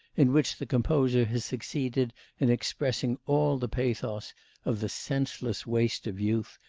in which the composer has succeeded in expressing all the pathos of the senseless waste of youth,